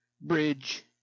bridge